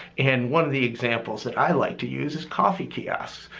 and one of the examples that i like to use his coffee kiosks.